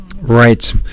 Right